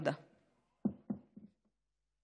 בעד, ארבעה,